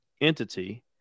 entity